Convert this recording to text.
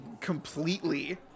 completely